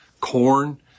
corn